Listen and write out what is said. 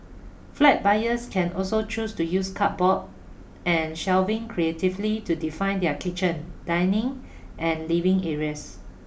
flat buyers can also choose to use cupboards and shelving creatively to define their kitchen dining and living areas